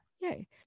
yay